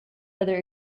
other